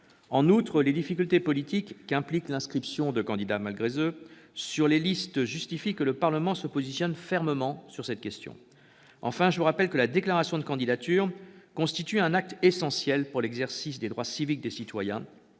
En outre, les difficultés politiques qu'implique l'inscription de candidats malgré eux sur les listes justifient que le Parlement se positionne fermement sur cette question. Enfin, je rappelle que la déclaration de candidature constitue un acte essentiel pour l'exercice des droits civiques des citoyens